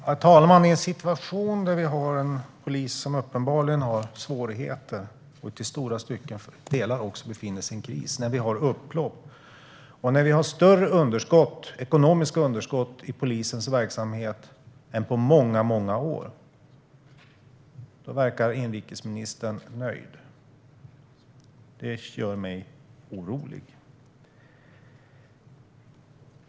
Herr talman! I en situation där vi har en polis som uppenbarligen har svårigheter och i stora delar befinner sig i kris, där vi har upplopp och där vi har större ekonomiska underskott i polisens verksamhet än vad vi har haft på många år verkar inrikesministern nöjd. Det gör mig orolig.